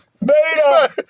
Beta